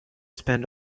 spend